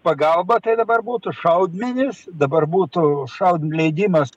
pagalba tai dabar būtų šaudmenys dabar būtų šaud leidimas